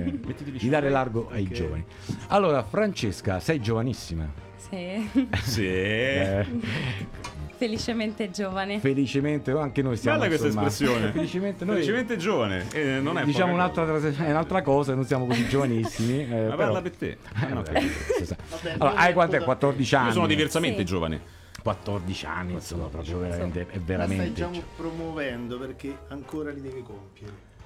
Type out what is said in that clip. Mettiteli di sciolti. dare largo ai Ok. giovani. Allora, Francesca, sei giovanissima. Sì. Sì? Eh. Felicemente giovane. Felicemente, anche noi siamo, Guarda questa insomma, espressione. felicemente noi- Felicemente giovane. Eh, non è Diciamo poca un'altra cosa. tras- è un'altra cosa, non siamo così giovanissimi, eh, Ma però- parla per te. Ah, no, ok. Allora, hai quant'è? 14 Io sono anni? diversamente Sì. giovane. 14 anni, insomma, proprio Non so. veramente- è La stai veramente già gio- promuovendo perché ancora li devi compiere.